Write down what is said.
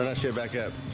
let's get back up